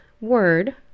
word